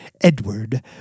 Edward